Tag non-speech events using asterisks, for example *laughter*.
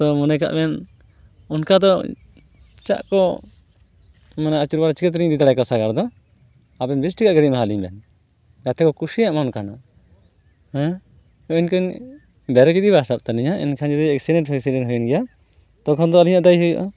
ᱛᱚ ᱢᱚᱱᱮᱠᱟᱜ ᱵᱮᱱ ᱚᱱᱠᱟᱫᱚ ᱪᱟᱜᱠᱚ *unintelligible* ᱪᱮᱠᱟᱛᱮᱞᱤᱧ ᱤᱫᱤ ᱫᱟᱲᱮᱠᱮᱭᱟ ᱥᱟᱜᱟᱲᱫᱚ ᱟᱵᱮᱱ ᱵᱮᱥ ᱴᱷᱤᱠᱟᱜ ᱜᱟᱹᱰᱤ ᱮᱢᱟᱦᱟᱞᱤᱧ ᱵᱮᱱ ᱡᱟᱛᱷᱮᱠᱚ ᱠᱩᱥᱤᱭᱟᱜ ᱢᱟ ᱚᱱᱠᱟᱱᱟᱜ ᱮᱱᱠᱷᱟᱱ ᱵᱮᱨᱮᱠᱜᱮ ᱡᱚᱫᱤ ᱵᱟᱭ ᱥᱟᱵᱛᱟᱞᱤᱧᱟ ᱮᱱᱠᱷᱟᱱ ᱡᱚᱫᱤ ᱮᱠᱥᱤᱰᱮᱱ ᱯᱷᱮᱠᱥᱤᱰᱮᱱ ᱦᱩᱭᱮᱱ ᱜᱮᱭᱟ ᱛᱚᱠᱷᱚᱱᱫᱚ ᱟᱹᱞᱤᱧᱟᱜ ᱫᱟᱭ ᱦᱩᱭᱩᱜᱼᱟ